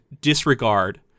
disregard